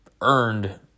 earned